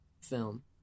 film